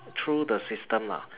through the system lah